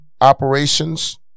Operations